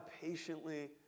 patiently